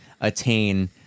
attain